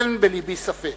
אין בלבי ספק